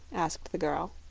asked the girl.